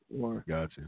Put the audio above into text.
Gotcha